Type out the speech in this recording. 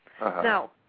Now